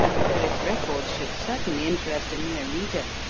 so its records should certainly interest a mere reader.